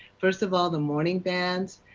first of all, the morning vans.